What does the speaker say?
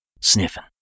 sniffing